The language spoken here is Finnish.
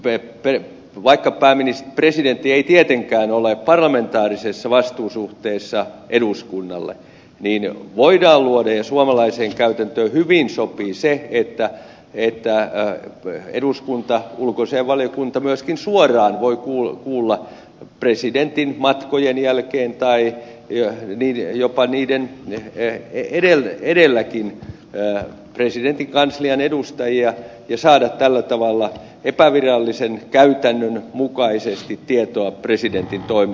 mutta vaikka presidentti ei tietenkään ole parlamentaarisessa vastuusuhteessa eduskunnalle niin voidaan luoda ja suomalaiseen käytäntöön sopii hyvin menettelytapa että eduskunta ulkoasiainvaliokunta voi kuulla myöskin suoraan presidentin matkojen jälkeen tai jopa niiden edelläkin presidentin kanslian edustajia ja saada tällä tavalla epävirallisen käytännön mukaisesti tietoa presidentin toimista